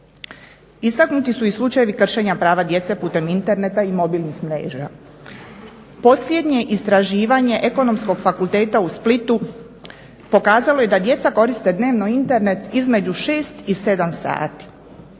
Istaknuti su slučajevi kršenja prava djece putem interneta i mobilnih mreža. Posljednje istraživanje Ekonomskog fakulteta u Splitu pokazalo je da djeca koriste dnevno Internet između 6 i 7 sati.